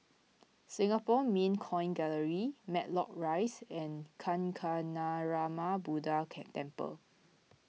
Singapore Mint Coin Gallery Matlock Rise and Kancanarama Buddha Temple